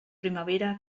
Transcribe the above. primavera